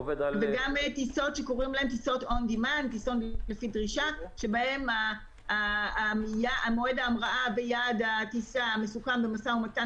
וגם טיסות לפי דרישה שבהן מועד ההמראה ביעד הטיסה מסוכם במשא ומתן